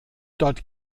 dort